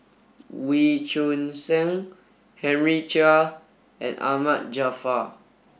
Wee Choon Seng Henry Chia and Ahmad Jaafar